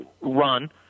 run